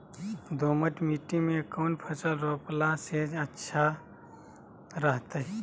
दोमट मिट्टी में कौन फसल रोपला से अच्छा रहतय?